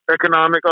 economic